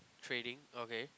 trading okay